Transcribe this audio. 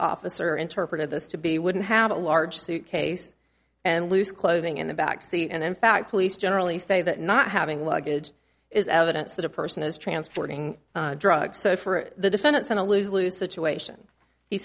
officer interpreted this to be wouldn't have a large suitcase and loose clothing in the back seat and in fact police generally say that not having luggage is evidence that a person is transporting drugs so for the defendants in a lose lose situation he